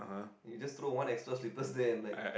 and you just throw one extra slippers there and like